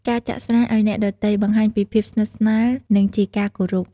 ការចាក់ស្រាឲ្យអ្នកដទៃបង្ហាញពីភាពស្និទ្ធស្នាលនិងជាការគោរព។